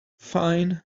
fine